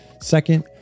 second